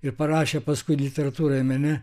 ir parašė paskui literatūroj ir mene